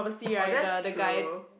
oh that's true